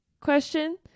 Question